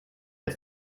der